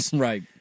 Right